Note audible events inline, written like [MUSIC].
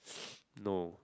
[NOISE] no